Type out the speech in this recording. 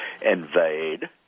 invade